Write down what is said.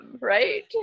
right